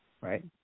Right